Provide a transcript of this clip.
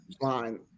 line